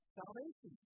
salvation